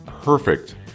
perfect